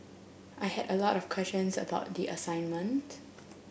I had a lot of questions about the assignment